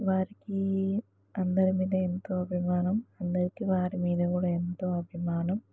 వారికి అందరి మీద ఎంతో అభిమానం అందరికీ వారి మీద కూడా ఎంతో అభిమానం